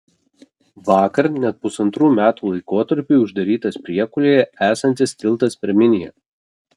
vakar net pusantrų metų laikotarpiui uždarytas priekulėje esantis tiltas per miniją